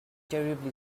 terribly